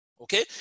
Okay